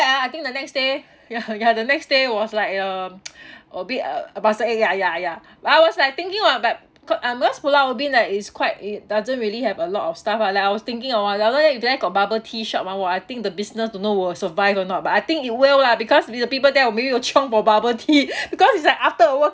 I think the next day yeah yeah the next day was like um a bit uh muscle ache ya ya ya but I was like thinking about cause um because pulau ubin like is quite it doesn't really have a lot of stuff ah like I was thinking of !walao! eh if there got bubble tea shop ah !wah! I think the business don't know will survive or not but I think it will lah because the people there will maybe will chiong for bubble tea because it's like after uh woke